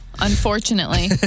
Unfortunately